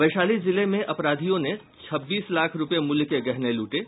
वैशाली जिले में अपराधियों ने छब्बीस लाख रूपये मूल्य के गहने लूटे